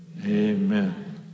amen